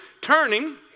turning